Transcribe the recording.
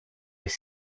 les